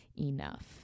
enough